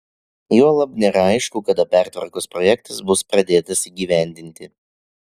juolab nėra aišku kada pertvarkos projektas bus pradėtas įgyvendinti